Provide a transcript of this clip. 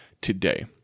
today